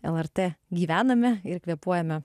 lrt gyvename ir kvėpuojame